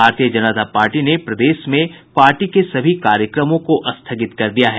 भारतीय जनता पार्टी ने प्रदेश में पार्टी के सभी कार्यक्रमों को स्थगित कर दिया है